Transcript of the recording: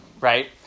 right